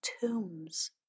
tombs